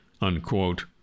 unquote